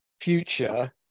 future